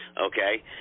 okay